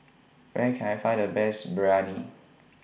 Where Can I Find The Best Biryani